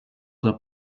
der